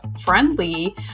friendly